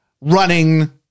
running